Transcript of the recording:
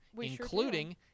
including